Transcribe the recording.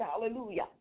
Hallelujah